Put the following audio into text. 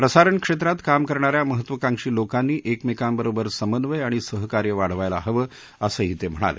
प्रसारण क्षेत्रात काम करणा या महत्त्वाकांक्षी लोकांनी एकमेकांबरोबर समन्वय आणि सहकार्य वाढवायला हवं असंही ते म्हणाले